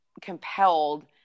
compelled-